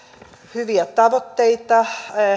hyviä tavoitteita